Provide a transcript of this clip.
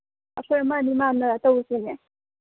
ꯑꯩꯈꯣꯏ ꯑꯃ ꯑꯅꯤ ꯃꯥꯟꯅꯔꯒ ꯇꯧꯁꯤꯅꯦ